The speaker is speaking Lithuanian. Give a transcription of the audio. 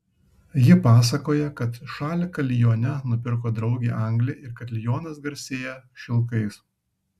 ji pasakoja kad šaliką lione nupirko draugė anglė ir kad lionas garsėja šilkais